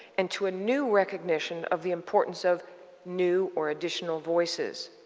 and to a new recognition of the importance of new or additional voices.